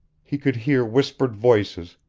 he could hear whispered voices,